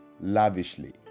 lavishly